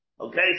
Okay